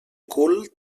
cul